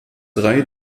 drei